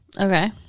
Okay